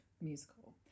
musical